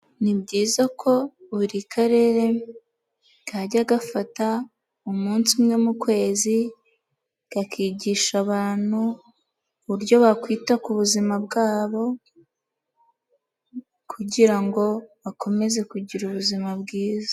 Ni byiza ko buri karere kajya gafata umunsi umwe mu kwezi gakigisha abantu uburyo bakwita ku buzima bwabo, kugira ngo bakomeze kugira ubuzima bwiza.